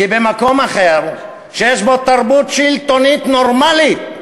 כי במקום אחר, שיש בו תרבות שלטונית נורמלית,